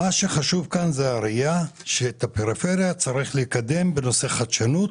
מה שחשוב כאן זאת הראייה שאת הפריפריה צריך לקדם בנושא חדשנות